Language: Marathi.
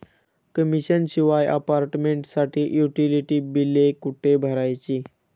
कमिशन शिवाय अपार्टमेंटसाठी युटिलिटी बिले कुठे भरायची?